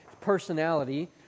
personality